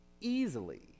Easily